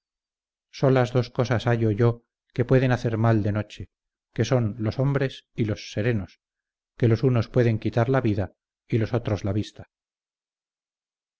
manera solas dos cosas hallo yo que pueden hacer mal de noche que son los hombres y los serenos que los unos pueden quitar la vida y los otros la vista